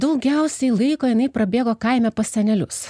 daugiausiai laiko jinai prabėgo kaime pas senelius